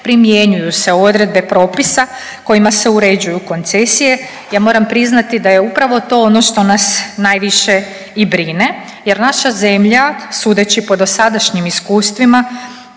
primjenjuju se odredbe propisa kojima se uređuju koncesije. Ja moram priznati da je upravo to ono što nas najviše i brine, jer naša zemlja sudeći po dosadašnjim iskustvima,